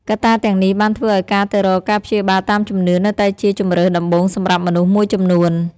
កត្តាទាំងនេះបានធ្វើឱ្យការទៅរកការព្យាបាលតាមជំនឿនៅតែជាជម្រើសដំបូងសម្រាប់មនុស្សមួយចំនួន។